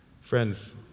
Friends